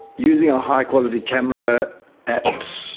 using a high quality camera at,